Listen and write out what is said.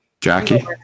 Jackie